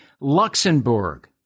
Luxembourg